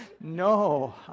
no